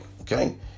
okay